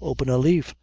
open a' leaf,